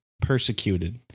persecuted